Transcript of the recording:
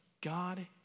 God